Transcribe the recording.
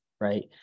right